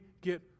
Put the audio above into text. get